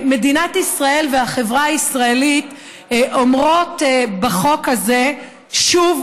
מדינת ישראל והחברה הישראלית אומרות בחוק הזה שוב